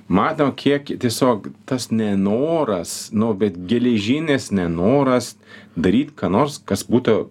matom kiek tiesiog tas nenoras nu bet geležinis nenoras daryt ką nors kas būtų